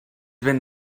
vent